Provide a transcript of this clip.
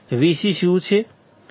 Vc શું છે